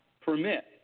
permit